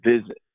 visit